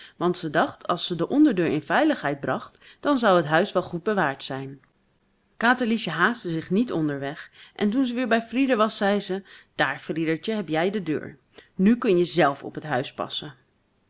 want ze dacht als ze de onderdeur in veiligheid bracht dan zou het huis wel goed bewaard zijn katerliesje haastte zich niet onder weg en toen ze weer bij frieder was zei ze daar friedertje heb jij de deur nu kun je zelf op het huis passen